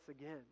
again